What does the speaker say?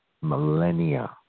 Millennia